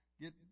get